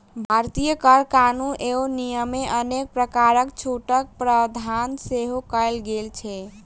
भारतीय कर कानून एवं नियममे अनेक प्रकारक छूटक प्रावधान सेहो कयल गेल छै